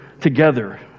together